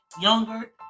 younger